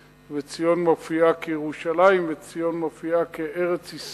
ציון מופיעה כירושלים וציון מופיעה כארץ-ישראל.